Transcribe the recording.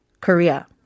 Korea